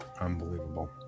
Unbelievable